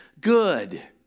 good